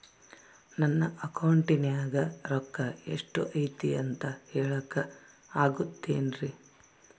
ನನ್ನ ಅಕೌಂಟಿನ್ಯಾಗ ರೊಕ್ಕ ಎಷ್ಟು ಐತಿ ಅಂತ ಹೇಳಕ ಆಗುತ್ತೆನ್ರಿ?